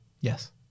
Yes